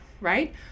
right